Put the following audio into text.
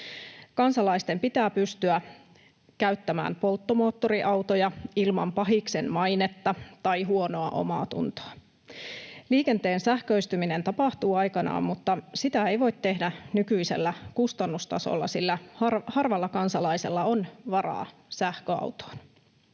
Kansalaisten pitää pystyä käyttämään polttomoottoriautoja ilman pahiksen mainetta tai huonoa omaatuntoa. Liikenteen sähköistyminen tapahtuu aikanaan, mutta sitä ei voi tehdä nykyisellä kustannustasolla, sillä harvalla kansalaisella on varaa sähköautoon.